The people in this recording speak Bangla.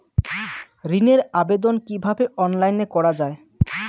ঋনের আবেদন কিভাবে অনলাইনে করা যায়?